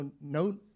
no